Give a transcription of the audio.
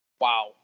Wow